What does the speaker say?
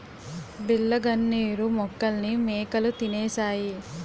బిళ్ళ గన్నేరు మొక్కల్ని మేకలు తినేశాయి